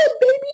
baby